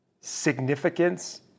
significance